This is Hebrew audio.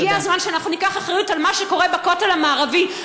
הגיע הזמן שאנחנו ניקח אחריות על מה שקורה בכותל המערבי.